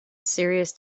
serious